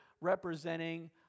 representing